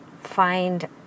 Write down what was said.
find